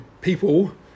people